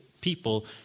people